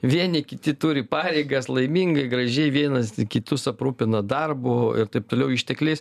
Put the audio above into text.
vieni kiti turi pareigas laimingai gražiai vienas kitus aprūpina darbu ir taip toliau ištekliais